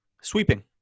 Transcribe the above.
sweeping